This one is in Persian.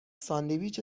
ساندویچ